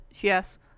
Yes